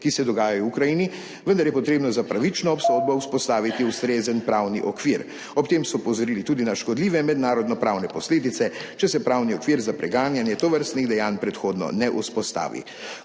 ki se dogajajo v Ukrajini, vendar je potrebno za pravično obsodbo vzpostaviti ustrezen pravni okvir. Ob tem so opozorili tudi na škodljive mednarodnopravne posledice, če se pravni okvir za preganjanje tovrstnih dejanj predhodno ne vzpostavi,